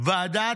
הוועדה